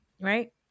Right